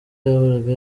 yahoraga